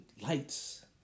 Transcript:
lights